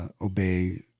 obey